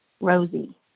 Rosie